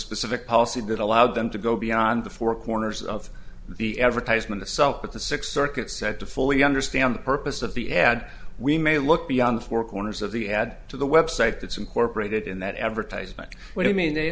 specific policy that allowed them to go beyond the four corners of the advertisement itself but the sixth circuit said to fully understand the purpose of the ad we may look beyond the four corners of the ad to the website that's incorporated in that advertisement but i mean they